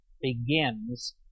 begins